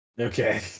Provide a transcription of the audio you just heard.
Okay